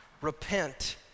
repent